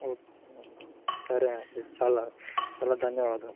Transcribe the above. okay సరే అండి చాలా చాలా ధన్యవాదాలు